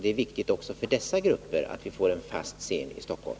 Det är viktigt också för dessa grupper att vi får en fast scen i Stockholm.